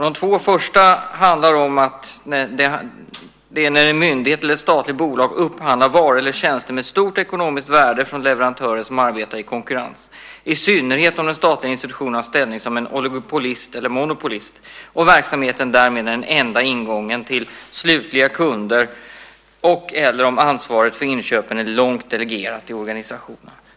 De två första av dessa är när en myndighet eller ett statligt bolag upphandlar varor eller tjänster med ett stort ekonomiskt värde från leverantörer som arbetar i konkurrens, i synnerhet om den statliga institutionen har ställning som en oligopolist eller monopolist och verksamheten därmed är den enda ingången till slutliga kunder eller om ansvaret för inköpen är långt delegerat i organisationen.